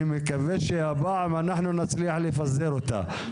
אני מקווה שהפעם נצליח לפזר אותה.